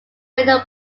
radio